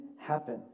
happen